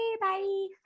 bye